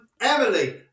Emily